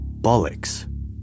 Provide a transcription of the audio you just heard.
Bollocks